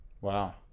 Wow